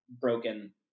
broken